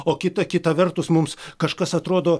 o kita kita vertus mums kažkas atrodo